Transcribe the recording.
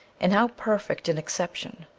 and how perfect an excep tion!